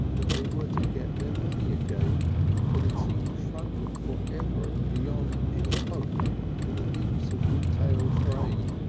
that they were to get their money again that had seemed sunken for ever beyond any hope in the deeps of retail trade.